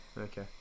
Okay